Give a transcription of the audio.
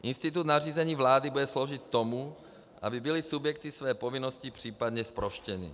Institut nařízení vlády bude sloužit tomu, aby byly subjekty své povinnosti případně zproštěny.